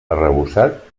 arrebossat